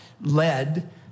led